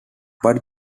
but